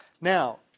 Now